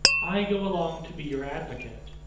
i go along to be your advocate.